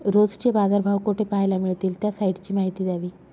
रोजचे बाजारभाव कोठे पहायला मिळतील? त्या साईटची माहिती द्यावी